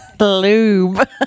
Lube